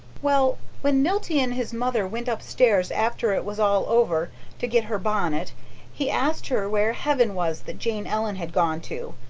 well, when milty and his mother went upstairs after it was all over to get her bonnet he asked her where heaven was that jane ellen had gone to,